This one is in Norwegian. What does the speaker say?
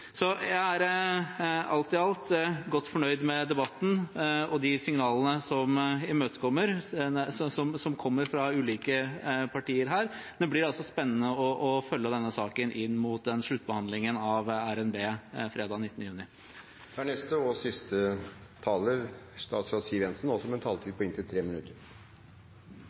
Alt i alt er jeg godt fornøyd med debatten og de signalene som kommer fra ulike partier her, og det blir spennende å følge denne saken inn mot sluttbehandlingen av revidert nasjonalbudsjett fredag 19. juni. La også meg få lov til å takke for en god debatt. Det beste ved debatten er